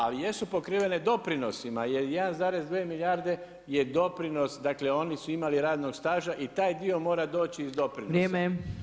Ali jesu pokrivene doprinosima jer 1,2 milijarde je doprinos, dakle oni su imali radnog staža i taj dio mora doći iz doprinosa.